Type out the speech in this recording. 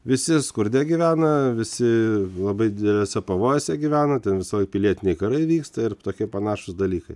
visi skurde gyvena visi labai dideliuose pavojuose gyvena ten visokie pilietiniai karai vyksta ir tokie panašūs dalykai